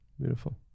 Beautiful